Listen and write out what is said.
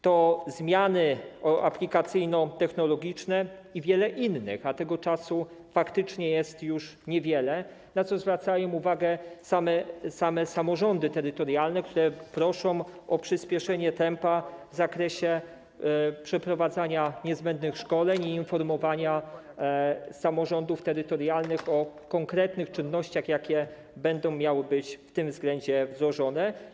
To są też zmiany aplikacyjno-technologiczne i wiele innych, a tego czasu faktycznie jest już niewiele, na co zwracają uwagę same samorządy terytorialne, które proszą o przyspieszenie tempa w zakresie przeprowadzania niezbędnych szkoleń i informowania samorządów terytorialnych o konkretnych czynnościach, jakie będą miały być w tym względzie wdrożone.